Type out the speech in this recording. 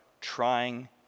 trying